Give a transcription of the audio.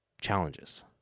challenges